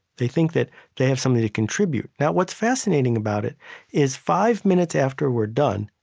they think that they have something to contribute. now what's fascinating about it is five minutes after we're done,